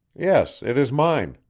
yes, it is mine,